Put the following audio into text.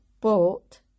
bought